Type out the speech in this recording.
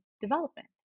development